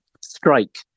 strike